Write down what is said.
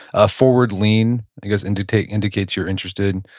a forward lean, i guess, indicates indicates you're interested.